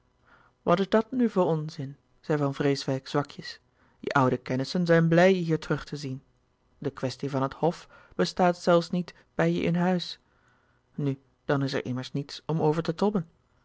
wat is dat nu voor onzin zei van vreeswijck zwakjes je oude kennissen zijn blij je hier terug te zien de kwestie van het hof bestaat zelfs niet bij je in huis nu dan is er immers niets om over te tobben